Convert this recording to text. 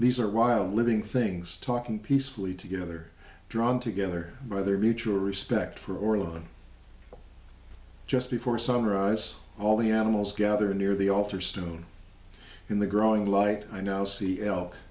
these are wild living things talking peacefully together drawn together by their mutual respect for just before sunrise all the animals gather near the alter still in the growing like i now see elk